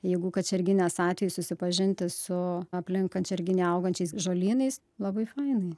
jeigu kačerginės atveju susipažinti su aplink kačerginę augančiais žolynais labai fainai